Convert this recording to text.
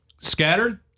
scattered